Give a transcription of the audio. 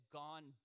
gone